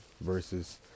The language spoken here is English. versus